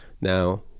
Now